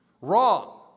Wrong